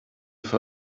für